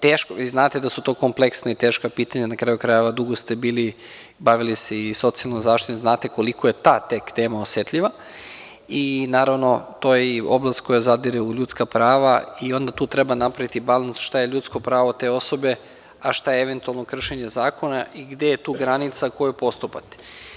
Teško, vi znate da su to kompleksna i teška pitanja, na kraju krajeva, dugo ste se bavili i socijalnom zaštitom, znate koliko je ta tek tema osetljiva, i naravno to je i oblast koja zadire u ljudska prava i onda tu treba napraviti balans šta je ljudsko pravo te osobe a šta je eventualno kršenje zakona i gde je tu granica koju postupate.